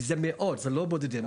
אלה מאות, לא בודדים.